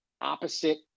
opposite